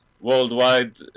worldwide